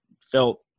felt